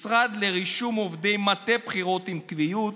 משרד לרישום עובדי מטה בחירות עם קביעות,